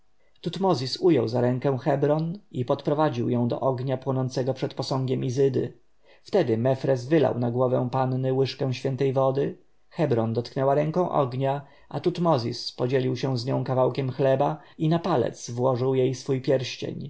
tutmozis ujął za rękę hebron i podprowadził ją do ognia płonącego przed posągiem izydy wtedy mefres wylał na głowę panny łyżkę świętej wody hebron dotknęła ręką ognia a tutmozis podzielił się z nią kawałkiem chleba i na palec włożył jej swój pierścień